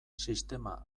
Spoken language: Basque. sistema